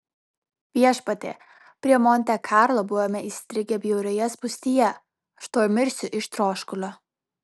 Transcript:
viešpatie prie monte karlo buvome įstrigę bjaurioje spūstyje aš tuoj mirsiu iš troškulio